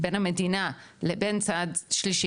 בין המדינה לבין צד שלישי,